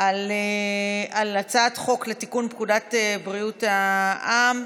על הצעת חוק לתיקון פקודת בריאות העם,